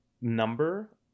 number